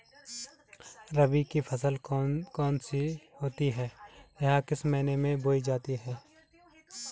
रबी की फसल कौन कौन सी होती हैं या किस महीने में बोई जाती हैं?